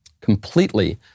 Completely